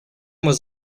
was